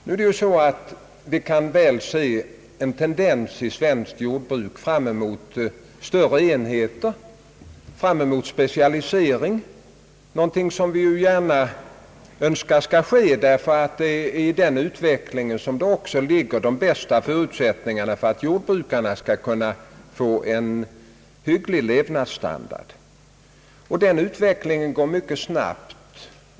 Nu kan vi ju konstatera en tendens i svenskt jordbruk mot större enheter och ökad specialisering, och en sådan utveckling är önskvärd eftersom den ger jordbrukarna de bästa förutsättningarna att få en hygglig levnadsstandard. Den utvecklingen går myckel snabbt.